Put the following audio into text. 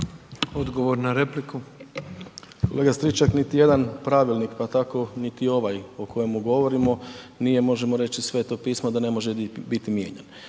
Tomislav (HDZ)** Kolega Stričak, niti jedan pravilnik pa tako niti ovaj o kojemu govorimo, nije možemo reći Sveto pismo da ne može biti mijenjan